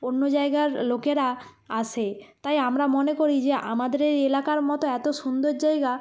অন্য জায়গার লোকেরা আসে তাই আমরা মনে করি যে আমাদের এই এলাকার মতো এত সুন্দর জায়গা